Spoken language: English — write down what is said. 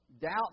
doubts